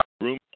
room